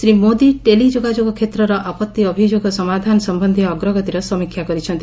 Shri Modi tele ଯୋଗାଯୋଗ କ୍ଷେତ୍ରର ଆପତ୍ତି ଅଭିଯୋଗ ସମାଧାନ ସମ୍ଭନ୍ଧୀୟ ଅଗ୍ରଗତିର ସମୀକ୍ଷା କରିଛନ୍ତି